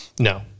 No